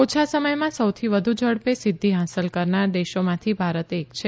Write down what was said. ઓછા સમયમાં સૌથી વધુ ઝડપે સિઘ્ઘિ હાંસલ કરનારા દેશોમાંથી ભારત એક છે